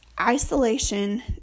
isolation